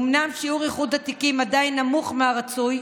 אומנם שיעור איחוד התיקים עדיין נמוך מהרצוי,